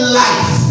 life